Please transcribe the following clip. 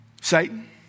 Satan